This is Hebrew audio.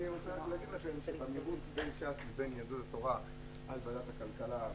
אני רוצה רק להגיד שהמרוץ בין ש"ס לבין יהדות התורה על ועדת הכלכלה,